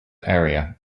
area